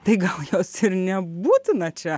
tai gal jos ir nebūtina čia